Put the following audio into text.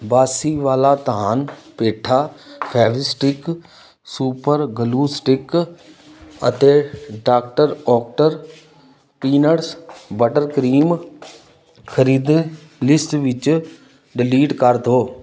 ਬਾਂਸੀਵਾਲਾ ਧਾਨ ਪੇਠਾ Fevistik super glue stick ਅਤੇ ਡਾਕਟਰ ਓਕਟਰ ਪੀਨੱਟਸ ਬਟਰ ਕਰੀਮ ਖਰੀਦੀ ਲਿਸਟ ਵਿੱਚ ਡਿਲੀਟ ਕਰ ਦਿਉ